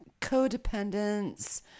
codependence